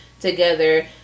together